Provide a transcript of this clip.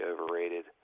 overrated